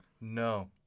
No